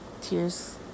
tears